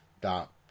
dot